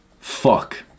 fuck